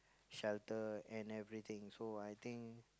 shelter and everything so I think